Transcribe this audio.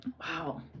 wow